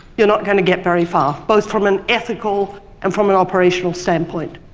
you're not going to get very far both from an ethical and from an operational standpoint.